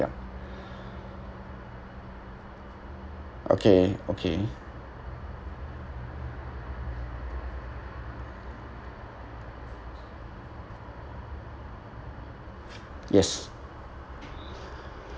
okay okay yes